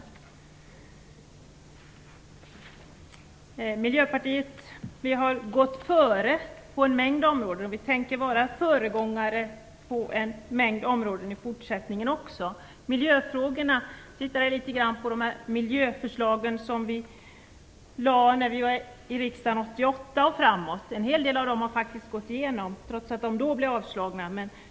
Vi i Miljöpartiet har gått före på en mängd områden, och vi tänker vara föregångare i fortsättningen också. Jag har tittat på de miljöförslag som vi lade fram i riksdagen 1988 och framåt. En hel del av dem har gått igenom, trots att de avslogs då.